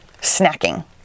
snacking